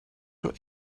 your